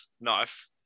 knife